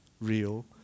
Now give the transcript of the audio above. real